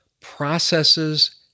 processes